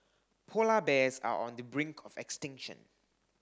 polar bears are on the brink of extinction